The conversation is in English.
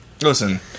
Listen